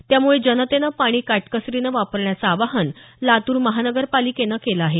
त्यामुळे जनतेनं पाणी काटकसरीनं वापरण्याचं आवाहन लातूर महानगरपालिकेनं केलं आहे